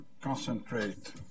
concentrate